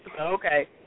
Okay